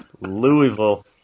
Louisville